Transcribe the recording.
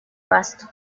vasto